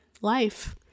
life